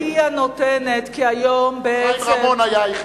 חיים רמון היה היחידי.